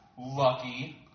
lucky